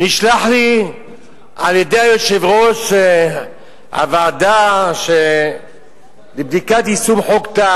נשלח לי על-ידי יושב-ראש הוועדה לבדיקת יישום חוק טל,